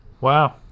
Wow